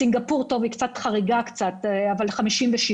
בסינגפור, שהיא קצת חריגה, 57%,